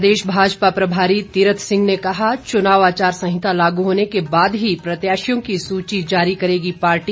प्रदेश भाजपा प्रभारी तीरथ सिंह ने कहा चुनाव आचार संहिता लागू होने के बाद ही प्रत्याशियों की सूची जारी करेगी पार्टी